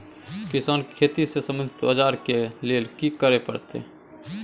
किसान के खेती से संबंधित औजार के लेल की करय परत?